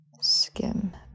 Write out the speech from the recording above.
skim